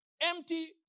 empty